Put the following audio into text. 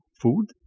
food